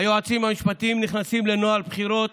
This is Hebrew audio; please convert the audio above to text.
היועצים המשפטיים נכנסים לנוהל בחירות